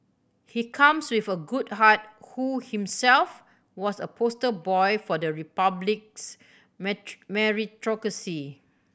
he comes with a good heart who himself was a poster boy for the Republic's meritocracy